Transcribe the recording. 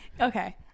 okay